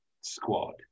squad